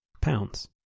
pounds